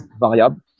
variable